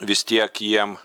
vis tiek jiem